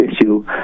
issue